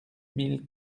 mille